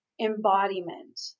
embodiment